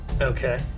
Okay